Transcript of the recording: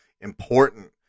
important